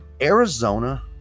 Arizona